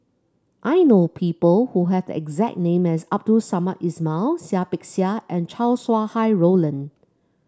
I know people who have the exact name as Abdul Samad Ismail Seah Peck Seah and Chow Sau Hai Roland